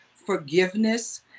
forgiveness